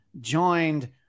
joined